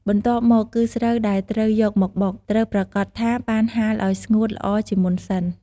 បន្ទាប់មកគឺស្រូវដែលត្រូវយកមកបុក ត្រូវប្រាកដថាបានហាលឱ្យស្ងួតល្អជាមុនសិន។